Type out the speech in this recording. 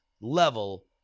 level